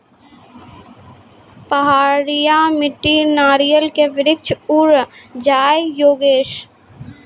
पहाड़िया मिट्टी नारियल के वृक्ष उड़ जाय योगेश?